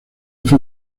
fue